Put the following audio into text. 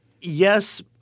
yes